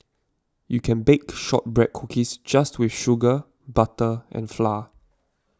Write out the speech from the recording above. you can bake Shortbread Cookies just with sugar butter and flour